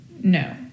No